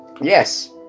Yes